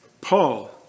Paul